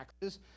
taxes